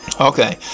Okay